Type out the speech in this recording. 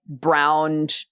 browned